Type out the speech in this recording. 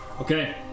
Okay